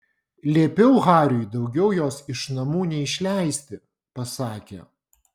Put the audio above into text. liepiau hariui daugiau jos iš namų neišleisti pasakė